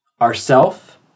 ourself